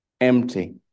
empty